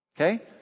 Okay